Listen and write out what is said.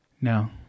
No